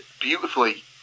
beautifully